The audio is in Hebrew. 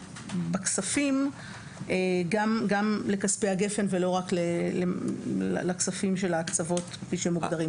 בכספים לכספי גפ"ן ולא רק לכספים של ההקצבות כפי שמוגדרים.